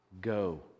Go